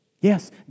Yes